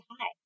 hi